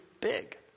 big